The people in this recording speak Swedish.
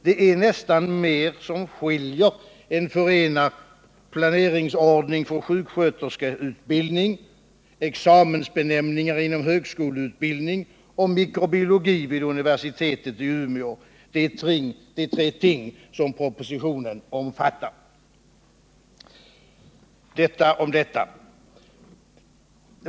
Det är nästan mer som skiljer än som förenar planeringsordning för sjuksköterskeutbildning, examensbenämningar inom högskoleutbildning och mikrobiologi vid universitetet i Umeå — de tre ting som propositionen omfattar. Detta om detta.